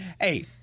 Hey